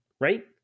Right